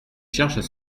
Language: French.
cherchent